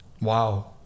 Wow